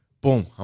boom